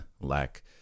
lack